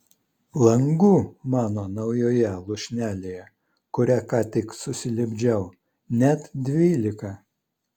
langų mano naujoje lūšnelėje kurią ką tik susilipdžiau net dvylika